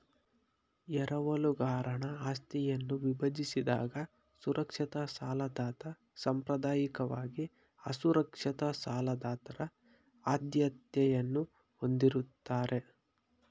ಎರವಲುಗಾರನ ಆಸ್ತಿಯನ್ನ ವಿಭಜಿಸಿದಾಗ ಸುರಕ್ಷಿತ ಸಾಲದಾತ ಸಾಂಪ್ರದಾಯಿಕವಾಗಿ ಅಸುರಕ್ಷಿತ ಸಾಲದಾತರ ಆದ್ಯತೆಯನ್ನ ಹೊಂದಿರುತ್ತಾರೆ